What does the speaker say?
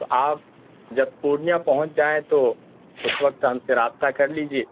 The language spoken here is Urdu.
تو آپ جب پورنیہ پہنچ جائیں تو اس وقت ہم سے رابطہ کرلیجیے